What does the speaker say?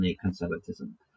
conservatism